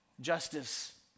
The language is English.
justice